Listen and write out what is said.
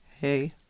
hey